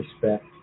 respect